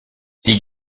die